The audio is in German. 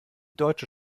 deutsche